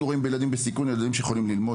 אנחנו רואים ילדים בסיכון כילדים שיכולים ללמוד